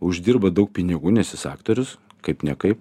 uždirba daug pinigų nes jis aktorius kaip ne kaip